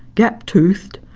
gap toothed,